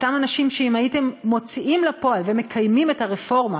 אותם אנשים שאם הייתם מוציאים לפועל ומקיימים את הרפורמה